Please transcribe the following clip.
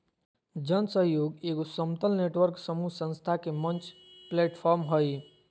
जन सहइोग एगो समतल नेटवर्क समूह संस्था के मंच प्लैटफ़ार्म हइ